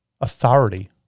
authority